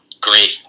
Great